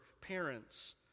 parents